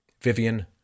Vivian